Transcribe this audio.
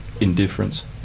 Indifference